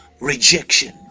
rejection